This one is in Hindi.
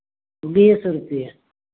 बीस रुपये